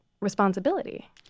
responsibility